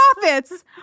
profits